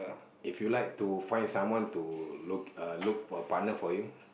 if you like to find someone to look uh look for partner for you